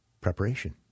preparation